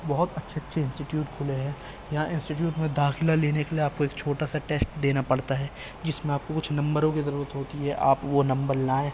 بہت اچھے اچھے انسٹیٹیوٹ کھلے ہیں یہاں انسٹیٹیوٹ میں داخلہ لینے کے لیے آپ کو ایک چھوٹا سا ٹیسٹ دینا پڑتا ہے جس میں آپ کو کچھ نمبروں کی ضرورت ہوتی ہے آپ وہ نمبر لائیں